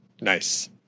Nice